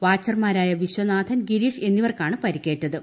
വാച്ചർമാരായ വിശ്വനാഥൻ ഗിരീഷ് എന്നിവർക്കാണ് പരി്ക്ക്കേറ്റത്